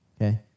okay